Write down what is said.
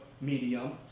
Medium